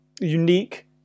unique